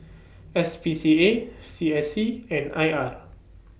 S P C A C S C and I R